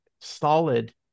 solid